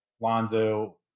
Lonzo